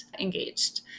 engaged